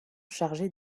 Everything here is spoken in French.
chargé